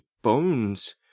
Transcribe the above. bones